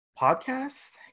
podcast